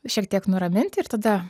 šiek tiek nuraminti ir tada